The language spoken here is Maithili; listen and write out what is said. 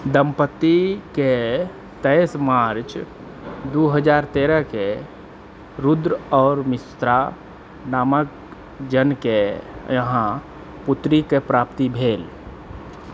दंपतिकेँ तेईस मार्च दो हजार तेरहकेँ रुद्र आओर मिश्रा नामक जऊँआ पुत्रीके प्राप्ति भेल